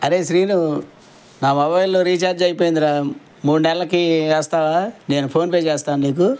అరే శ్రీను నా మొబైల్లో రీఛార్జ్ అయిపోయిందిరా మూడు నెల్లకి వేస్తావా నేను ఫోన్పే చేస్తాను నీకు